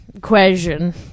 Question